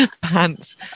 pants